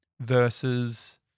versus